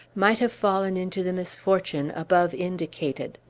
might have fallen into the misfortune above indicated.